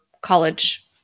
college